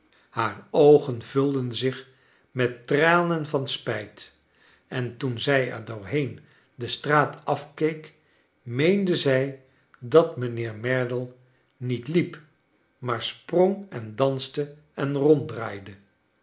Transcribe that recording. haar oogen vulden zich met tranen van spijt en toen zij er doorheen de straat afkeek meende zij dat mijnheer merdle niet liep maar sprong en danste en